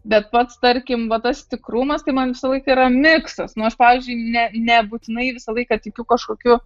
bet pats tarkim va tas tikrumas tai man visą laiką yra miksas nu aš pavyzdžiui ne nebūtinai visą laiką tikiu kažkokiu